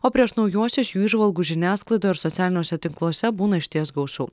o prieš naujuosius jų įžvalgų žiniasklaidoje ir socialiniuose tinkluose būna išties gausu